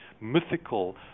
mythical